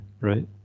right